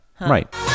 right